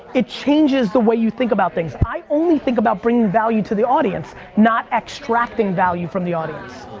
it changes the way you think about things. i only think about bringing value to the audience, not extracting value from the audience.